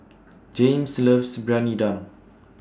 Jaymes loves Briyani Dum